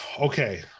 Okay